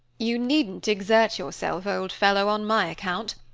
you needn't exert yourself, old fellow, on my account.